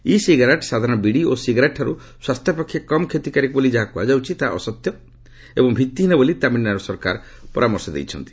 ଇ cigarette ସାଧାରଣ ବିଡ଼ି ଓ ସିଗାରେଟ୍ଠାରୁ ସ୍ୱାସ୍ଥ୍ୟପକ୍ଷେ କମ୍ କ୍ଷତିକାରକ ବୋଲି ଯାହା କୃହାଯାଉଛି ତାହା ଅସତ୍ୟ ଏବଂ ଭିତ୍ତିହୀନ ବୋଲି ତାମିଲନାଡ଼ୁ ସରକାର କହିଛନ୍ତି